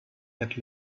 had